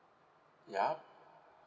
ya